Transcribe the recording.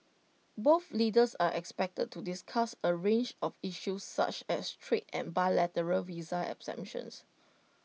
both leaders are expected to discuss A range of issues such as trade and bilateral visa exemptions